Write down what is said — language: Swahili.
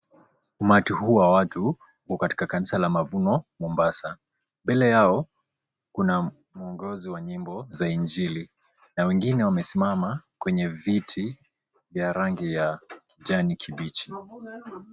Umati huu wa watu uko katika kanisa la MAVUNO Mombasa. Mbele yao kuna mwongozi wa nyimbo za injili na wengine wamesimama kwenye viti vya rangi ya kijani kibichi.